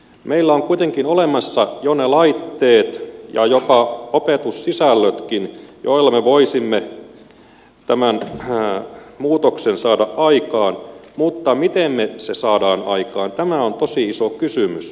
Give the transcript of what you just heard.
meillä on kuitenkin olemassa jo ne laitteet ja jopa opetussisällötkin joilla me voisimme tämän muutoksen saada aikaan mutta miten me sen saamme aikaan tämä on tosi iso kysymys